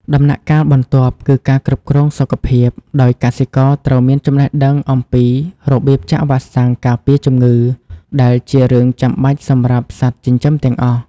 ដំណាក់កាលបន្ទាប់គឺការគ្រប់គ្រងសុខភាព ដោយកសិករត្រូវមានចំណេះដឹងអំពីរបៀបចាក់វ៉ាក់សាំងការពារជំងឺ ដែលជារឿងចាំបាច់សម្រាប់សត្វចិញ្ចឹមទាំងអស់។